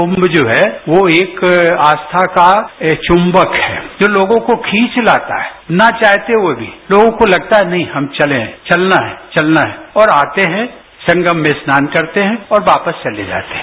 कुम जो है वो एक आस्था का चुंबक है जो लोगों को खींच लाता है ना चाहते हुए भी लोगों को लगता है कि हम चलें हमें चलना है चलना है और आते हैं संगम में स्नान करते है और वापस चले जाते हैं